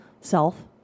self